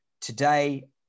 today